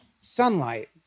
sunlight